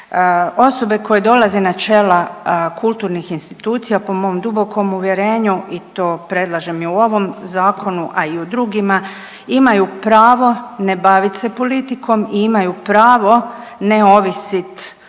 Osobe koja dolaze na čela kulturnih institucija po mom dubokom uvjerenju i to predlažem i u ovom zakonu, a i u drugima, imaju pravo ne bavit se politikom i imaju pravo ne ovisit o